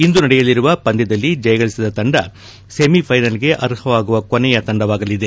ಇಂದು ನಡೆಯಲಿರುವ ಪಂದ್ದದಲ್ಲಿ ಜಯಗಳಿಸಿದ ತಂಡ ಸೆಮಿಫ್ಲೆನಲ್ಸ್ಗೆ ಅರ್ಹವಾಗುವ ಕೊನೆಯ ತಂಡವಾಗಲಿದೆ